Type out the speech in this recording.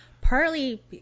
Partly